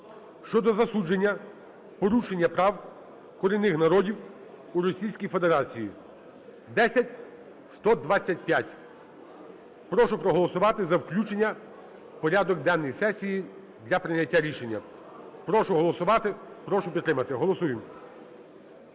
щодо засудження порушення прав корінних народів у Російській Федерації (10125). Прошу проголосувати за включення в порядок денний сесії для прийняття рішення. Прошу голосувати, прошу підтримати. Голосуємо.